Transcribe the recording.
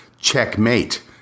checkmate